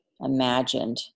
imagined